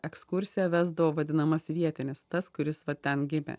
ekskursiją vesdavo vadinamas vietinis tas kuris va ten gimė